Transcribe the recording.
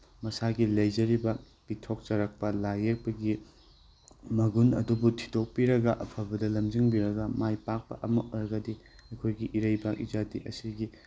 ꯃꯁꯥꯒꯤ ꯂꯩꯖꯔꯤꯕ ꯄꯤꯊꯣꯛꯆꯔꯛꯄ ꯂꯥꯏ ꯌꯦꯛꯄꯒꯤ ꯃꯒꯨꯟ ꯑꯗꯨꯕꯨ ꯊꯤꯗꯣꯛꯄꯤꯔꯒ ꯑꯐꯕꯗ ꯂꯝꯖꯤꯡꯕꯤꯔꯒ ꯃꯥꯏ ꯄꯥꯛꯄ ꯑꯃ ꯑꯣꯏꯔꯒꯗꯤ ꯑꯩꯈꯣꯏꯒꯤ ꯏꯔꯩꯄꯥꯛ ꯏꯖꯥꯇꯤ ꯑꯁꯤꯒꯤ